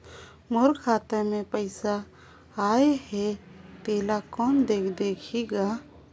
मोर खाता मे पइसा आहाय तेला कोन देख देही गा?